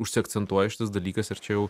užsiakcentuoja šitas dalykas ir čia jau